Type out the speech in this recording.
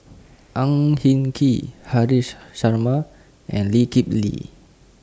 Ang Hin Kee Haresh Sharma and Lee Kip Lee